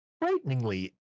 frighteningly